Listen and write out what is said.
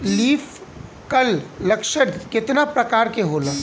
Leaf curl लक्षण केतना परकार के होला?